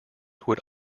would